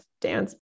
dance